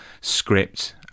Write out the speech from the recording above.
script